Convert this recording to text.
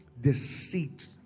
deceit